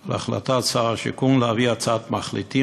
על החלטת שר השיכון להביא הצעת מחליטים